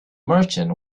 merchant